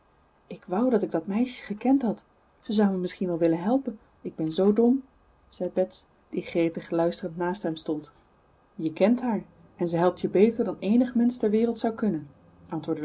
ik wou dat ik dat meisje gekend had ze zou mij misschien wel willen helpen ik ben zoo dom zei bets die gretig luisterend naast hem stond je kent haar en ze helpt je beter dan eenig mensch ter wereld zou kunnen